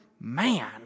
Man